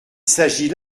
s’agit